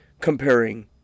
comparing